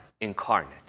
incarnate